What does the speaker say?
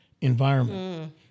environment